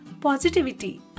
positivity